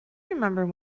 remember